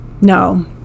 No